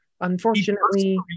unfortunately